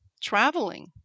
traveling